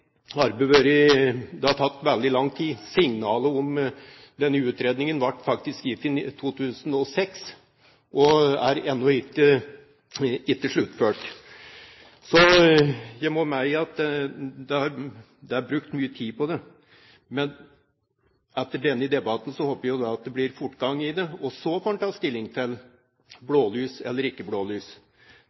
tatt veldig lang tid. Signalet om denne utredningen ble faktisk gitt i 2006, og er ennå ikke sluttført. Jeg må medgi at det er brukt mye tid på det, men etter denne debatten håper jeg at det blir fortgang i det. Så får en ta stilling til blålys eller ikke blålys.